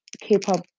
k-pop